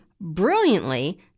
brilliantly